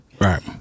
right